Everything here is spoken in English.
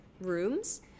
rooms